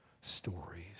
stories